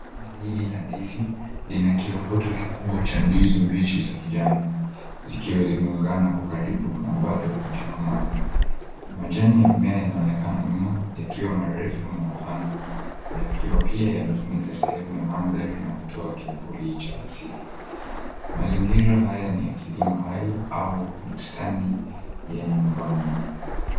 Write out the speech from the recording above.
Hili la ndizi lina kiropoto kikubwa cha ndizi mbichi za kijani zikiwa zimeungana kwa karibu na bado hazijakomaa. Majani ya mmea yanaonekana humo yakiwa marefu na mapana yakiwa pia yamefunika sehemu ya madhari na kutoa kivuli hicho asili. Mazingira haya ni ya kilimo au bustani ya nyumbani.